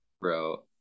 Bro